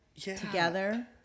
together